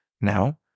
Now